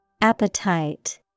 Appetite